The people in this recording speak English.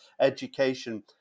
education